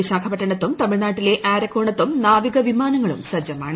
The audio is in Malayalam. വിശാഖപട്ടണത്തും തമിഴ്നാട്ടിലെ ആരക്കോണത്തും നാവിക വിമാനങ്ങളും സജ്ജമാണ്